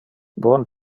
bon